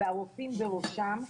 והרופאים בראשה,